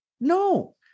No